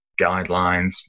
guidelines